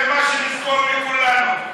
זה מה שנזכור מכולנו.